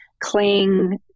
cling